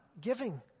giving